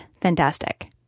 fantastic